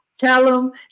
Callum